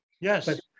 Yes